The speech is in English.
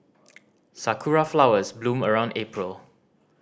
sakura flowers bloom around April